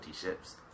ships